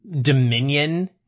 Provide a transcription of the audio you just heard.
dominion